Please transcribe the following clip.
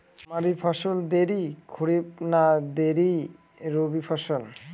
তামারি ফসল দেরী খরিফ না দেরী রবি ফসল?